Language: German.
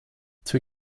zur